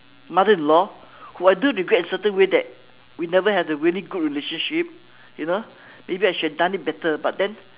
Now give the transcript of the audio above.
mother in law who I do regret in a certain way that we never had a really good relationship you know maybe I should have done it better but then